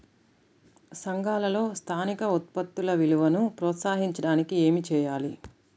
సంఘాలలో స్థానిక ఉత్పత్తుల విలువను ప్రోత్సహించడానికి ఏమి చేయాలి?